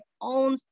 own